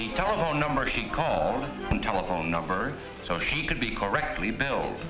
the telephone number he called telephone number so she could be correctly buil